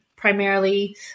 primarily